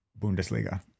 Bundesliga